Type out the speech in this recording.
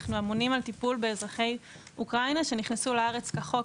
אנחנו אמונים על הטיפול באזרחי אוקראינה שנכנסו לארץ כחוק